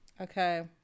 Okay